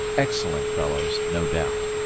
excellent fellows, no doubt,